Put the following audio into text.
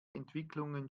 entwicklungen